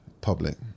public